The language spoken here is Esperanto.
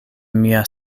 mia